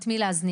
את מי להזניק.